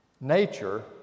Nature